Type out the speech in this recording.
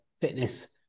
fitness